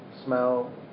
Smell